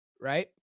right